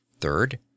Third